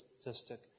statistic